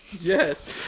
yes